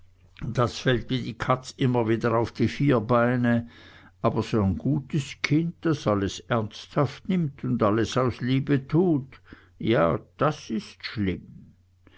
das fällt wie die katz immer wieder auf die vier beine aber so'n gutes kind das alles ernsthaft nimmt und alles aus liebe tut ja das ist schlimm